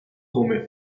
come